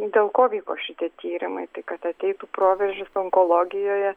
dėl ko vyko šitie tyrimai tai kad ateitų proveržis onkologijoje